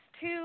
two